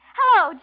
Hello